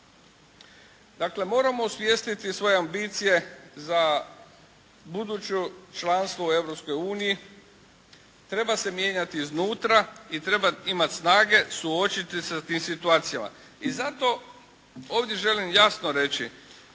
Dakle, moramo osvijestiti svoje ambicije za buduće članstvo u Europskoj uniji, treba se mijenjati iznutra i treba imati snage suočiti se s tim situacijama. I zato ovdje želim jasno reći